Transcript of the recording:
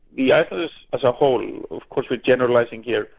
yeah as a whole, of course we're generalising here,